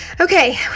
Okay